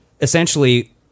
essentially